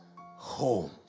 Home